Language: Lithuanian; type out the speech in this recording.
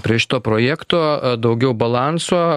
prie šito projekto daugiau balanso